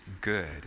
good